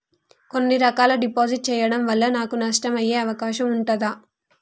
కొన్ని రకాల డిపాజిట్ చెయ్యడం వల్ల నాకు నష్టం అయ్యే అవకాశం ఉంటదా?